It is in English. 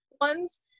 ones